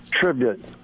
tribute